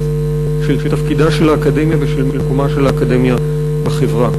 של תפקידה של האקדמיה ושל מקומה של האקדמיה בחברה.